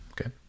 Okay